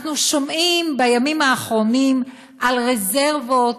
אנחנו שומעים בימים האחרונים על רזרבות,